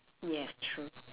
yes true